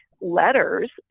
letters